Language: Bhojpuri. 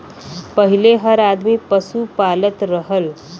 पहिले हर आदमी पसु पालत रहल